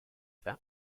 that